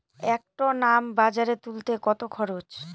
এক টন আম বাজারে তুলতে কত খরচ?